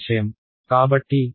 కాబట్టి అవి ఫేజర్ సంబంధాలు అవుతాయి